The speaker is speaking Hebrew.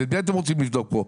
אז את מי אתם רוצים לבדוק פה?